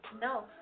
No